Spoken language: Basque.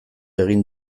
egin